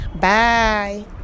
Bye